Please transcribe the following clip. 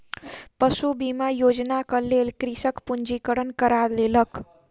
पशु बीमा योजनाक लेल कृषक पंजीकरण करा लेलक